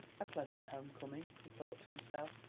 a pleasant home-coming, he thought to himself.